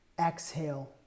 exhale